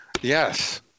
Yes